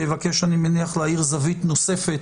שיבקש אני מניח להעיר זווית נוספת